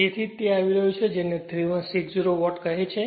તેથી જ તે આવી રહ્યું છે જેને 3160 વોટ કહે છે